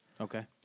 Okay